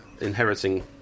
inheriting